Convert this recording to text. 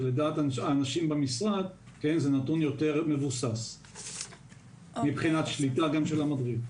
שלדעת אנשים במשרד זה נתון יותר מבוסס מבחינת שליטה גם של המדריך.